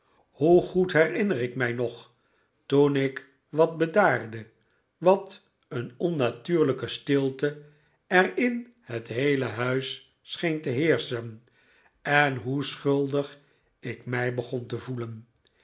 hoe goed herinner ik mij nog toen ik wat bedaarde wat een onnatuurlijke stilte er in het heele huis scheen te heerschen en hoe schuldig ik mij begon te voelen